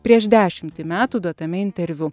prieš dešimtį metų duotame interviu